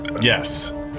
Yes